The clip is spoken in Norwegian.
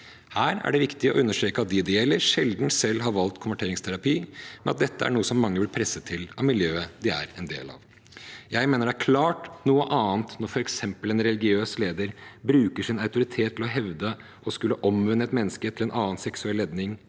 Det er viktig å understreke at de det gjelder, sjelden selv har valgt konverteringsterapi, og at dette er noe som mange blir presset til av miljøet de er en del av. Jeg mener det klart er noe annet når f.eks. en religiøs leder bruker sin autoritet til å hevde å skulle omvende et menneske til en annen seksuell legning